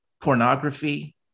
pornography